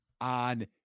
on